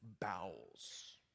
bowels